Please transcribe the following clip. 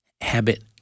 habit